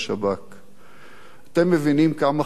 אתם מבינים כמה חברים הוא השאיר מאחור,